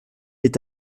est